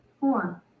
Four